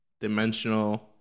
dimensional